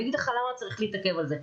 אני אגיד לך למה צריך להתעכב על זה.